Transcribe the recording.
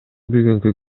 бүгүнкү